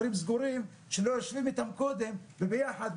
שלא יושבים איתם קודם ביחד,